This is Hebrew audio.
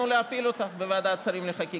שמענו על הדאגות שלך.